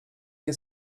nie